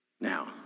Now